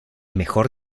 mejor